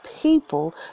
people